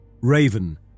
Raven